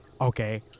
Okay